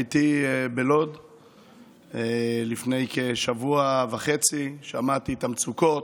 הייתי בלוד לפני כשבוע וחצי, שמעתי את המצוקות,